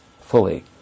fully